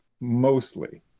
mostly